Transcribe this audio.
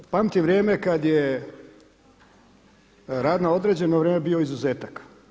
Pamtim vrijeme kada je rad na određeno vrijeme bio izuzetak.